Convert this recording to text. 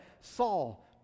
Saul